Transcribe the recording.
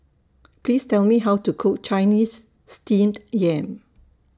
Please Tell Me How to Cook Chinese Steamed Yam